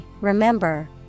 remember